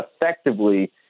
effectively